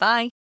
Bye